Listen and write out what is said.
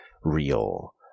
Real